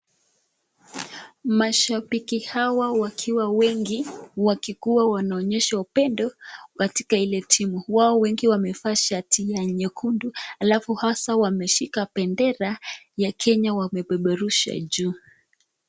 Mashabiki hawa wakiwa wengi wakikuwa wanaonyesha upendo katika hile timu wao wengi wamevaa shati nyekundu alafu hasa wameshika bendera ya Kenya wabeberushe juu.